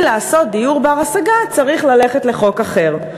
לעשות דיור בר-השגה צריך ללכת לחוק אחר,